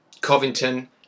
Covington